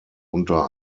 unter